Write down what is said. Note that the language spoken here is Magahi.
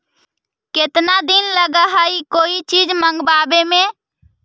केतना दिन लगहइ कोई चीज मँगवावे में?